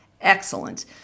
excellent